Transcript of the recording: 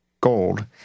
gold